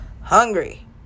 hungry